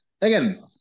again